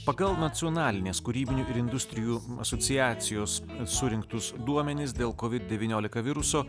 pagal nacionalinės kūrybinių industrijų asociacijos surinktus duomenis dėl covid devyniolika viruso